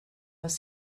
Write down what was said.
was